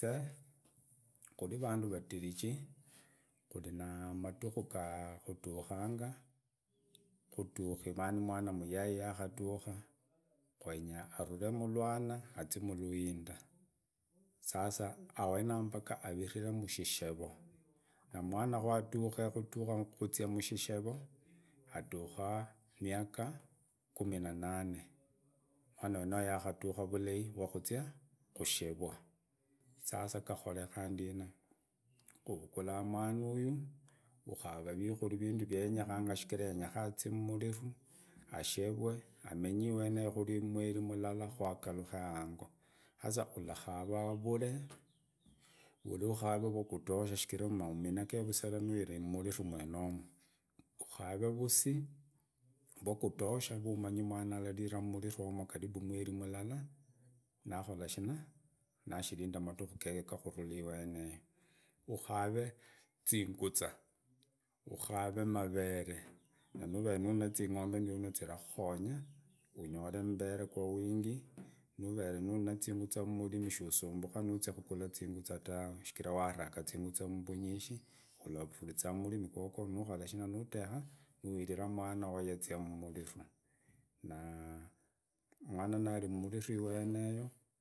Te kuri vandu radinji kuri na madihunkutukanga kuturi mwana mayai yahatuha yenya arule murwana aziii muluindira sasa awenao mbaka aritire mushishero na mwana ku athukhe hutakha aritire mushishero aduhaa miaka kuminna nane mwana mweneo yahatuhaa vulei azi kusherwa sasa gakolekaa ndina. Uramula mwanoya ukara vikuria vyenyehanga shichira yenyehanga yenyehzinga azie mumuritu asherwe amenye iweneo kuri mweri mulala hu agaruhe aango sasa hurakara vulee vya hutosha shichira amaaumunage vusera nushira mumuritu mwenomo unavee vusi rwa kutosha rwa kutosha rwa umanyi mwana alarila mumuritu yomo karibu mweri mulala nahora shina na kushirinda madiku geke ga kurula iweneo ukavee zinguzaa uhavee maveree na noo uvee na zingombe zinyara kuhuhonya unyore mbere kwa wingi nurere na zinguza mmurimi sunyala kwisumbula hugura zinguza tawe sichira wari nuraki mbunyishi alaruliza murimi nahora shina nudeha nulrira mwanawowo yazia mumuliru na mwana nari mumulira iweneo.